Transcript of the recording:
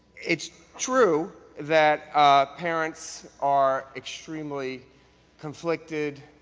it is true that parents are extremely conflicted,